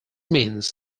means